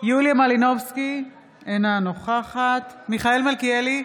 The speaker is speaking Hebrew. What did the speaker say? יוליה מלינובסקי, אינה נוכחת מיכאל מלכיאלי,